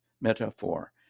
metaphor